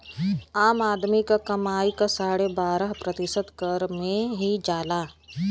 आम आदमी क कमाई क साढ़े बारह प्रतिशत कर में ही जाला